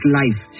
life